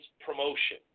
promotion